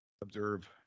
Observe